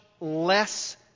less